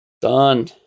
Done